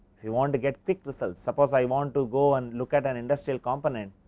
you want to get thick result, suppose i want to go and look at an industrial component,